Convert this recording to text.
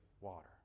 water